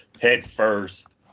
headfirst